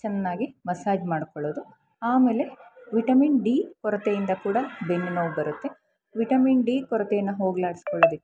ಚೆನ್ನಾಗಿ ಮಸಾಜ್ ಮಾಡ್ಕೊಳ್ಳೋದು ಆಮೇಲೆ ವಿಟಮಿನ್ ಡಿ ಕೊರತೆಯಿಂದ ಕೂಡ ಬೆನ್ನು ನೋವು ಬರುತ್ತೆ ವಿಟಮಿನ್ ಡಿ ಕೊರತೆಯನ್ನು ಹೋಗಲಾಡಿಸಿಕೊಳ್ಳೊದಕ್ಕೆ